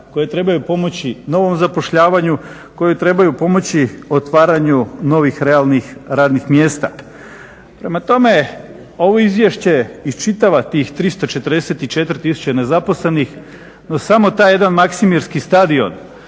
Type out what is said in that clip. koje trebaju pomoći novom zapošljavanju, koje trebaju pomoći otvaranju novih realnih radnih mjesta. Prema tome, ovo izvješće iščitava tih 344 tisuće nezaposlenih no samo taj jedan maksimirski stadion